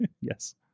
Yes